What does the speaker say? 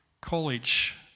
college